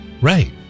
Right